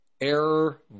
error